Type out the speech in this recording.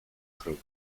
robił